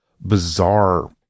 bizarre